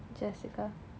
jessica